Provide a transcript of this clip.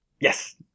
Yes